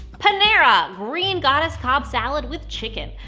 panera green goddess cobb salad with chicken.